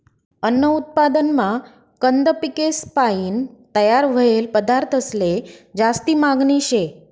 अन्न उत्पादनमा कंद पिकेसपायीन तयार व्हयेल पदार्थंसले जास्ती मागनी शे